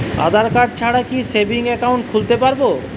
আধারকার্ড ছাড়া কি savings account খুলতে পারব?